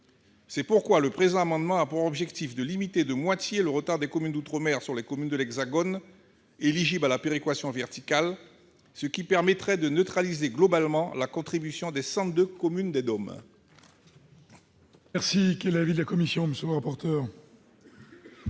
C'est pourquoi le présent amendement a pour objet de limiter de moitié le retard des communes d'outre-mer sur les communes de l'Hexagone éligibles à la péréquation verticale, ce qui permettrait de neutraliser globalement la contribution des 112 communes des DOM. Quel est l'avis de la commission ? La